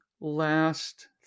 last